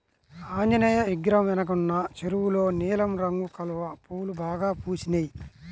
ఆంజనేయ విగ్రహం వెనకున్న చెరువులో నీలం రంగు కలువ పూలు బాగా పూసినియ్